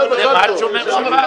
זה בכלל טוב.